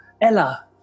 Ella